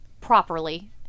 properly